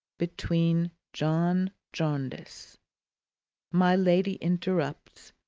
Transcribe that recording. between john jarndyce my lady interrupts,